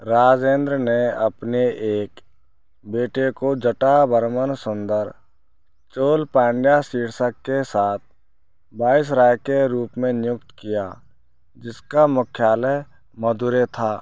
राजेंद्र ने अपने एक बेटे को जटावर्मन सुंदर चोल पांड्या शीर्षक के साथ बाइसराय के रूप में नियुक्त किया जिसका मुख्यालय मदुरै था